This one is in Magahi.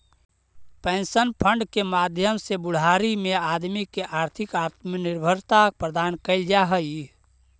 पेंशन फंड के माध्यम से बुढ़ारी में आदमी के आर्थिक आत्मनिर्भरता प्रदान कैल जा हई